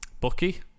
Bucky